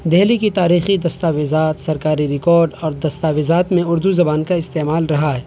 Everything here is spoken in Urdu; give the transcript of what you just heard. دہلی کی تاریخی دستاویزات سرکاری ریکاڈ اور دستاویزات میں اردو زبان کا استعمال رہا ہے